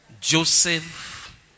Joseph